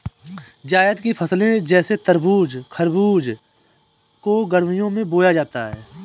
जायद की फसले जैसे तरबूज़ खरबूज को गर्मियों में क्यो बोया जाता है?